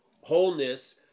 wholeness